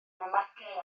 magiau